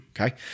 okay